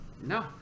No